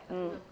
mm